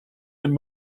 den